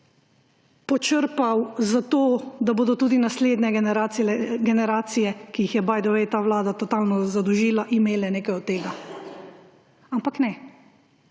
počrpal za to, da bodo tudi naslednje generacije, ki jih je by the way ta vlada totalna zadolžila, imele nekaj od tega. Ampak ne.